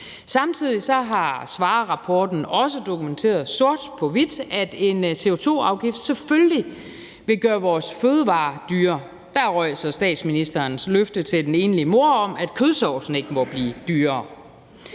Samtidig har Svarerrapporten også dokumenteret sort på hvidt, at en CO2-afgift selvfølgelig vil gøre vores fødevarer dyrere. Der røg så statsministerens løfte til den enlige mor om, at kødsovsen ikke må blive dyrere.